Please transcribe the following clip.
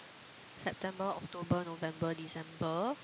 September October November December